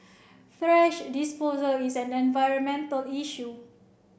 thrash disposal is an environmental issue